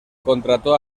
contrató